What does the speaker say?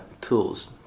tools